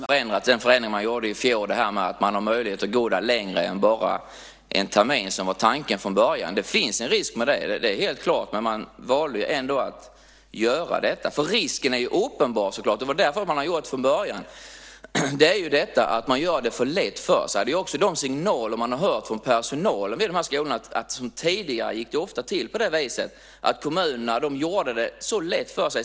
Herr talman! Visst finns det en risk med den förändring man gjorde i fjol som innebär att man har möjligt att gå där längre än bara en termin, som var tanken från början. Det finns en risk med det. Det är helt klart, men man valde ändå att göra detta. Risken är uppenbar, och det var därför man gjorde detta från början, att man gör det för lätt för sig. De signaler man har hört från personalen vid de här skolorna är att tidigare gick det ofta till på det viset att kommunerna gjorde det för lätt för sig.